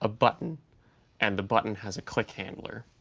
ah button and the button has a click handler,